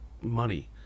money